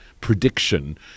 prediction